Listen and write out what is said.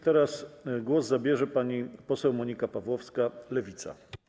Teraz głos zabierze pani poseł Monika Pawłowska, Lewica.